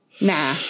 Nah